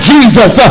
Jesus